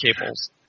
cables